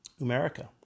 America